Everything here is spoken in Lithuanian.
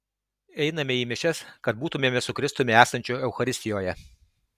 einame į mišias kad būtumėme su kristumi esančiu eucharistijoje